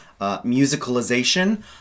musicalization